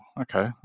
okay